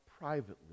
privately